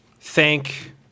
thank